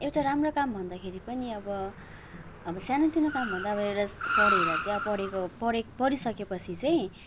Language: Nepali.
एउटा राम्रो काम भन्दाखेरि पनि अब अब सानोतिनो काम भन्दा अब एउटा पढेर चाहिँ अब पढेको पढे पढिसकेपछि चाहिँ